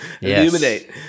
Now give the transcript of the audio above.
Illuminate